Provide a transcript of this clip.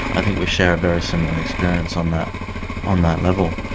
i think we share a very similar experience on that on that level.